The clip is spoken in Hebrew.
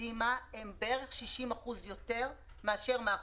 מקדימה הם בערך 60 אחוזים יותר מאשר מאחורה.